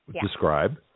Describe